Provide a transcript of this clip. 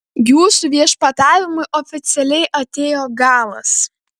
jūsų viešpatavimui oficialiai atėjo galas